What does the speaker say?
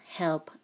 help